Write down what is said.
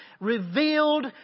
revealed